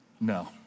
No